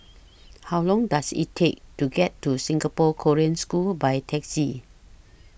How Long Does IT Take to get to Singapore Korean School By Taxi